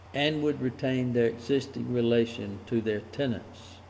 and would retain their existing relation to their tenants,